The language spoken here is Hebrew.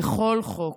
בכל חוק,